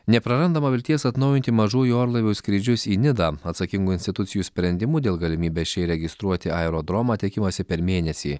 neprarandama vilties atnaujinti mažųjų orlaivių skrydžius į nidą atsakingų institucijų sprendimų dėl galimybės čia įregistruoti aerodromą tikimasi per mėnesį